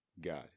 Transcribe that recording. God